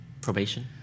Probation